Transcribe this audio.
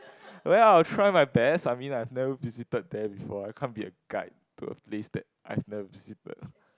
well I'll try my best I mean I've never visited there before I can't be a guide to a place that I've never visited